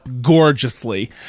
gorgeously